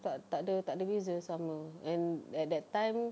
tak tak ada tak ada beza sama and at that time